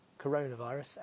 coronavirus